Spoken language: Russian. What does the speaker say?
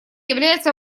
является